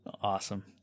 Awesome